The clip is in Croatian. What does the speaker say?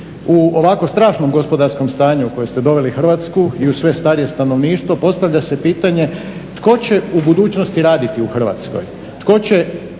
U ovako strašnom gospodarskom stanju u koje ste doveli Hrvatsku i u sve starije stanovništvo postavlja se pitanje tko će u budućnosti raditi u Hrvatskoj,